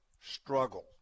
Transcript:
struggle